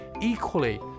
equally